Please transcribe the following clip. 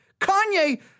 Kanye